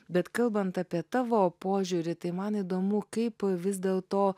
bet kalbant apie tavo požiūrį tai man įdomu kaip vis dėlto